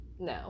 No